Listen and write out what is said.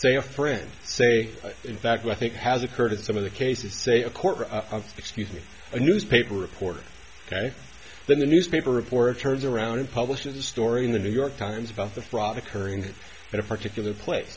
say a friend say in fact i think has occurred some of the cases say a court excuse me a newspaper reporter then the newspaper reporter turns around and publishes a story in the new york times about the fraud occurring at a particular place